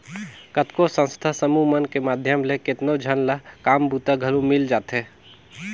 कतको संस्था समूह मन के माध्यम ले केतनो झन ल काम बूता घलो मिल जाथे